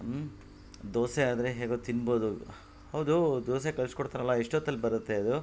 ಹ್ಞೂ ದೋಸೆ ಆದರೆ ಹೇಗೋ ತಿನ್ಬೋದು ಹೌದು ದೋಸೆ ಕಳಿಸ್ಕೊಡ್ತಾರಲ್ಲ ಎಷ್ಟೊತ್ತಲ್ಲಿ ಬರುತ್ತೆ ಅದು